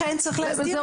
לכן צריך להסדיר את זה.